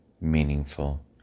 meaningful